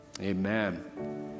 Amen